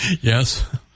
Yes